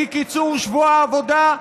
כי קיצור שבוע העבודה,